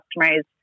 customers